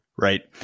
Right